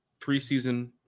preseason